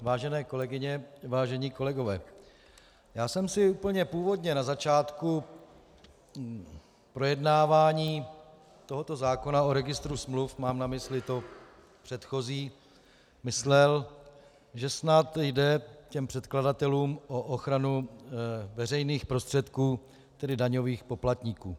Vážené kolegyně, vážení kolegové, já jsem si úplně původně na začátku projednávání tohoto zákona o registru smluv, mám na mysli to předchozí, myslel, že snad jde předkladatelům o ochranu veřejných prostředků daňových poplatníků.